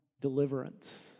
deliverance